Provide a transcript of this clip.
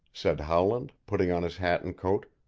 said howland, putting on his hat and coat.